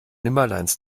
nimmerleins